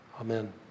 Amen